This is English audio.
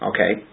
Okay